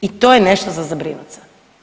I to je nešto za zabrinuti se.